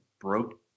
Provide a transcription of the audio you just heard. broke